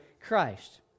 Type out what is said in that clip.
Christ